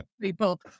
people